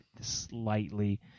slightly